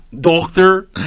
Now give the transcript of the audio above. Doctor